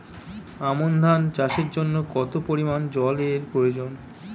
আমন ধান চাষের জন্য কত পরিমান জল এর প্রয়োজন?